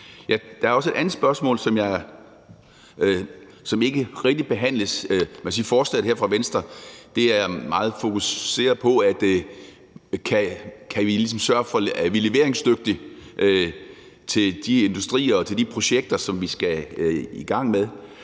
Der er også et andet spørgsmål, som ikke rigtig behandles. Man kan sige, at forslaget her fra Venstre er meget fokuseret på, om vi er leveringsdygtige til de industrier og til de projekter, som vi skal i gang med.